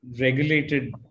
regulated